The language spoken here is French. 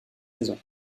saison